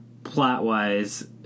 Plot-wise